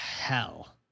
hell